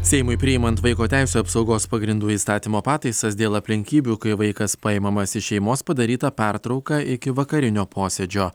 seimui priimant vaiko teisių apsaugos pagrindų įstatymo pataisas dėl aplinkybių kai vaikas paimamas iš šeimos padaryta pertrauka iki vakarinio posėdžio